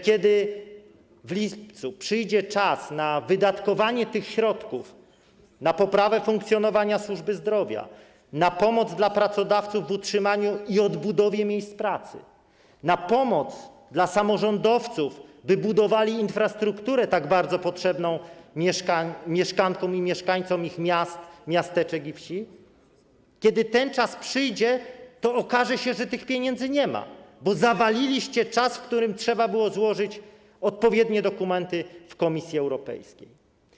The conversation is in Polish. Kiedy w lipcu przyjdzie czas na wydatkowanie tych środków, na poprawę funkcjonowania służby zdrowia, na pomoc kierowaną do pracodawców na utrzymanie i odbudowę miejsc pracy, na pomoc dla samorządowców, by budowali infrastrukturę, tak bardzo potrzebną mieszkankom i mieszkańcom ich miast, miasteczek i wsi, okaże się, że tych pieniędzy nie ma, bo zawaliliście czas, w którym trzeba było złożyć odpowiednie dokumenty w Komisji Europejskiej.